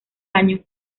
año